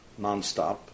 nonstop